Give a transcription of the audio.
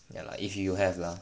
ya lah if you have lah